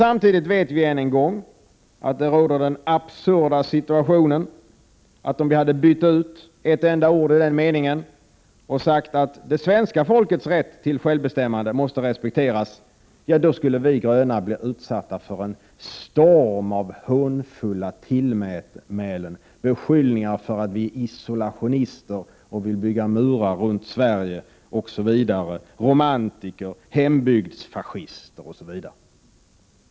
Samtidigt vet vi att det återigen råder den absurda situationen att vi gröna, om vi hade bytt ett enda ord i meningen och sagt att ”det svenska folkets rätt till självbestämmande måste respekteras”, Prot. 1988/89:30 skulle ha blivit utsatta för en storm av hånfulla tillmälen. Vi hade blivit 23 november 1988 beskyllda för att vara isolationister, vilja bygga murar runt Sverige, vara romantiker, hembygdsfascister osv.